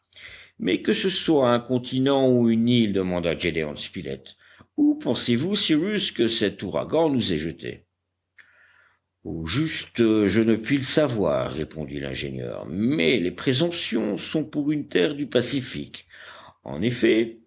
mais que ce soit un continent ou une île demanda gédéon spilett où pensez-vous cyrus que cet ouragan nous ait jetés au juste je ne puis le savoir répondit l'ingénieur mais les présomptions sont pour une terre du pacifique en effet